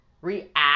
react